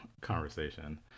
conversation